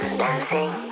dancing